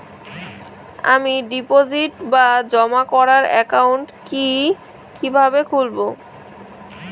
আমি ডিপোজিট বা জমা করার একাউন্ট কি কিভাবে খুলবো?